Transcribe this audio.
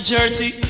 Jersey